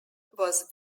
was